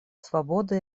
свободы